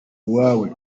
uwawe